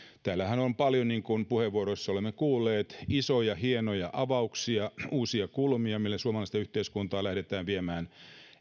täällähän on paljon niin kuin puheenvuoroissa olemme kuulleet isoja hienoja avauksia uusia kulmia millä suomalaista yhteiskuntaa lähdetään viemään